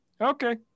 okay